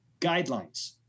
guidelines